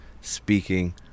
speaking